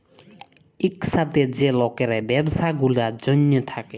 ইকসাথে যে লকের ব্যবছা গুলার জ্যনহে থ্যাকে